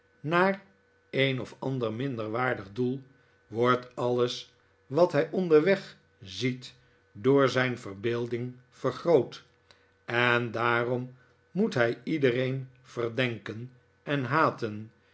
naar een of ander minderwaardig doel wordt alles wat hij onderweg ziet door zijn verbeelding vergroot en daarom moet hij iedereen verdenken en haten